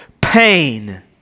pain